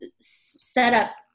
setup